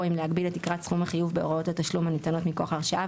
או אם להגביל את תקרת סכום החיוב בהוראות התשלום הניתנות מכוח ההרשאה,